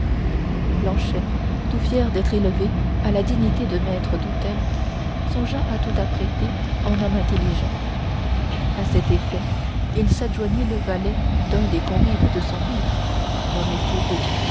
planchet tout fier d'être élevé à la dignité de maître d'hôtel songea à tout apprêter en homme intelligent à cet effet il s'adjoignit le valet d'un des convives de son maître nommé fourreau